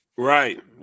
Right